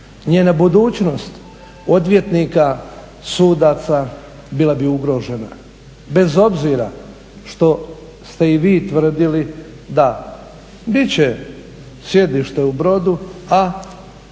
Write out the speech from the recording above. Njena budućnost, odvjetnika, sudaca bila bi ugrožena. Bez obzira što ste i vi tvrdili, da bit će sjedište u Brodu a